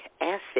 acid